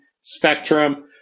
spectrum